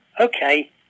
okay